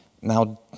now